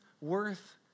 worth